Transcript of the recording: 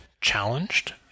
challenged